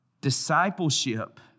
Discipleship